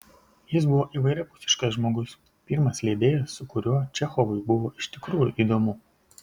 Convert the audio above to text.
jis buvo įvairiapusiškas žmogus pirmas leidėjas su kuriuo čechovui buvo iš tikrųjų įdomu